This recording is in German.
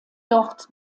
dort